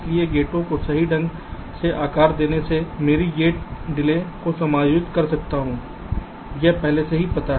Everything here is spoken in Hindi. इसलिए गेटों को सही ढंग से आकार देने से मैं गेट देरी को समायोजित कर सकता हूं यह पहले से ही पता है